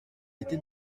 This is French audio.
était